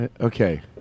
Okay